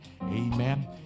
Amen